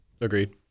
Agreed